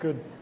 Good